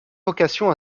vocation